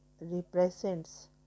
represents